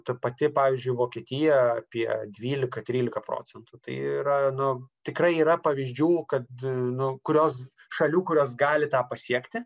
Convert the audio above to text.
ta pati pavyzdžiui vokietija apie dvylika trylika procentų tai yra nu tikrai yra pavyzdžių kad nu kurios šalių kurios gali tą pasiekti